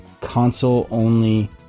console-only